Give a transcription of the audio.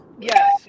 yes